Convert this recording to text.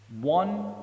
One